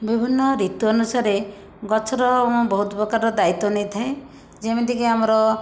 ବିଭିନ୍ନ ଋତୁ ଅନୁସାରେ ଗଛର ମୁଁ ବହୁତ ପ୍ରକାରରେ ଦାୟିତ୍ୱ ନେଇଥାଏ ଯେମିତିକି ଆମର